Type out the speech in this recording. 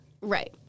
Right